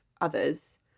others